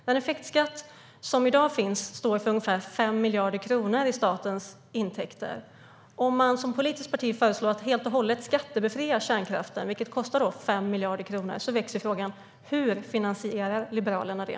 Den effektskatt som i dag finns står för ungefär 5 miljarder kronor i statens intäkter. Om man som politiskt parti föreslår att helt och hållet skattebefria kärnkraften, vilket kostar 5 miljarder kronor, väcks frågan: Hur finansierar Liberalerna det?